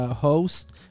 host